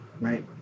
Right